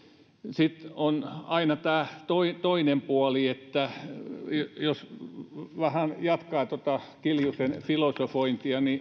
sitten on aina tämä toinen puoli jos vähän jatkaa tuota kiljusen filosofointia